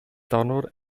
donald